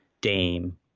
Dame